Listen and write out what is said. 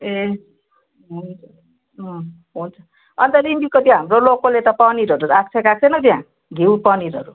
ए हुन्छ अँ हुन्छ अन्त रिम्बिकको त्यो हाम्रो लोकल यता पनिरहरू आएको कि आएको छैन हौ त्यहाँ घिउ पनिरहरू